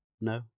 No